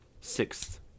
sixth